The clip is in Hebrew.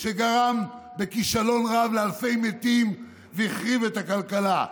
שגרם בכישלון רב לאלפי מתים והחרים את הכלכלה.